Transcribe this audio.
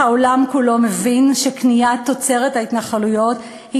והעולם כולו מבין שקניית תוצרת ההתנחלויות היא